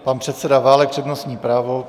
Pan předseda Válek, přednostní právo.